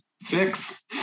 Six